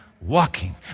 walking